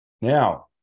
now